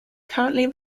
currently